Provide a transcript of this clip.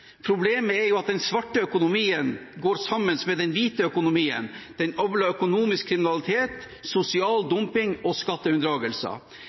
Problemet er jo at den svarte økonomien går sammen med den hvite økonomien – den avler økonomisk kriminalitet, sosial dumping og skatteunndragelser.